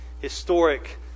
historic